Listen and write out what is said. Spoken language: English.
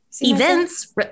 events